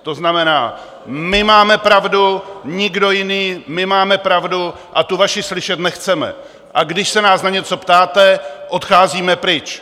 To znamená: My máme pravdu, nikdo jiný, my máme pravdu a tu vaši slyšet nechceme, a když se nás na něco ptáte, odcházíme pryč.